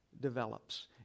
develops